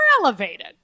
elevated